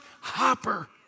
hopper